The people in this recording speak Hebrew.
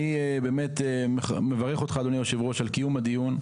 אני באמת מברך אותך אדוני היושב-ראש על קיום הדיון.